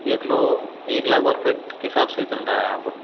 देख लो एक लाख वर्ग फीट के हिसाब से चल रहा है यहाँ पर